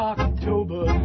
October